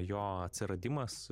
jo atsiradimas